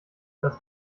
das